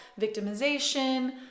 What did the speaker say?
victimization